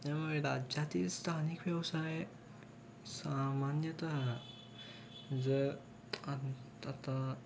त्यामुळे राज्यातील स्थानिक व्यवसाय सामान्यतः जर आ आता